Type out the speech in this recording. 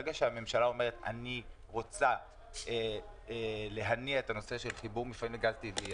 ברגע שהממשלה אומרת: אני רוצה להניע את הנושא של חיבור מפעלים לגז טבעי,